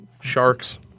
Sharks